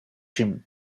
him